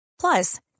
Plus